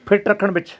fit ਰੱਖਣ ਵਿੱਚ